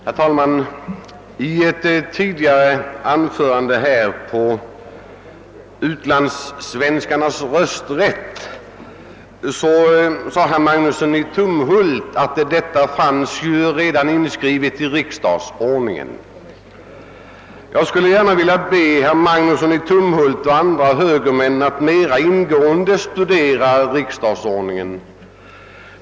Herr talman! I ett tidigare anförande om utlandssvenskarnas rösträtt sade herr Magnusson i Tumbhult att denna rätt redan fanns inskriven i riksdagsordningen. Jag skulle vilja be herr Magnusson i Tumhult och andra högermän att mera ingående studera riksdagsordningen.